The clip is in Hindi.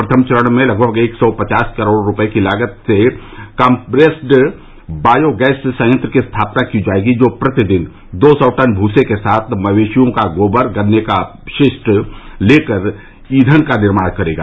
प्रथम चरण में लगभग एक सौ पचास करोड़ रूपये की लागत से कॉम्रेस्ड वायो गैस संयत्र की स्थापना की जायेगी जो प्रतिदिन दो सौ टन भूसे के साथ मवेशियों का गोबर गन्ने का अपशिष्ट लेकर ईयन का निर्माण करेगा